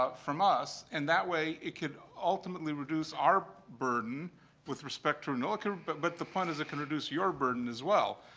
ah from us. and that way, it could ultimately reduce our burden with respect to and but but the point is it could reduce your burden as well.